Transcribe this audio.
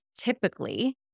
typically